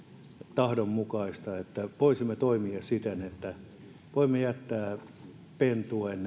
tahdon mukaista että voisimme toimia siten että voisimme jättää pentueen